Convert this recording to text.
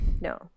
No